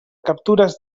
captures